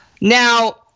Now